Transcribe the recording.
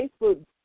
Facebook